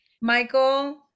michael